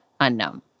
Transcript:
unknown